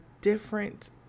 different